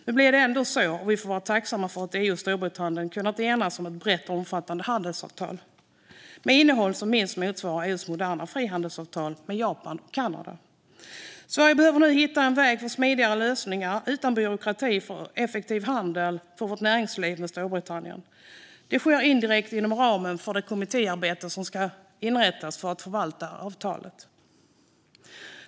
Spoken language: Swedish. Nu blev det ändå så, och vi får vara tacksamma för att EU och Storbritannien kunnat enas om ett brett och omfattande handelsavtal med innehåll som minst motsvarar EU:s moderna frihandelsavtal med Japan och Kanada. Sverige behöver nu hitta en väg där vårt näringsliv får smidiga lösningar, utan byråkrati, för att bedriva en effektiv handel med Storbritannien. Detta sker indirekt inom ramen för det kommittéarbete som ska inrättas för att förvalta avtalet.